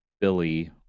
Billy